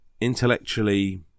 intellectually